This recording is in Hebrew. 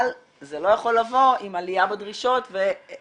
אבל זה לא יכול לבוא עם עלייה בדרישות ואין